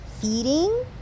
feeding